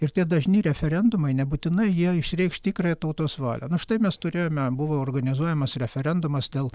ir tie dažni referendumai nebūtinai jie išreikš tikrąją tautos valią na štai mes turėjome buvo organizuojamas referendumas dėl